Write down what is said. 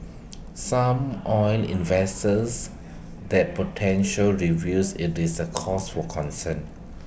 some oil investors that potential reviews IT is A cause for concern